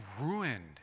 ruined